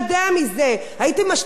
הייתם משתיקים גם אותם.